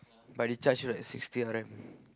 but they charge you like sixty R_M